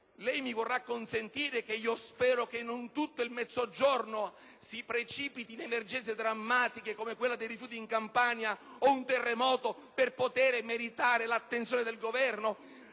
Lei mi vorrà consentire che io spero che non tutto il Mezzogiorno si precipiti in emergenze drammatiche come quella dei rifiuti in Campania o un terremoto per poter meritare l'attenzione del Governo!